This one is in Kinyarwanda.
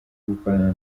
gukorana